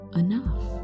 enough